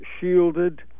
Shielded